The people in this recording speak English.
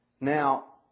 Now